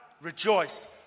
rejoice